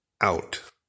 out